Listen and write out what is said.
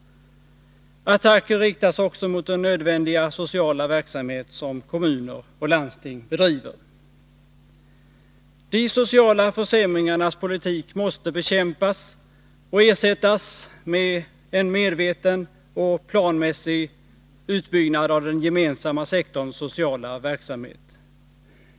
Attacker riktas också mot den nödvändiga sociala verksamhet som kommuner och landsting bedriver. De sociala försämringarnas politik måste bekämpas och ersättas med en medveten och planmässig utbyggnad av den gemensamma sektorns sociala verksamhet.